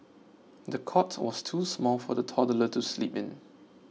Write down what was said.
the cot was too small for the toddler to sleep in